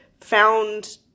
found